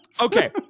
okay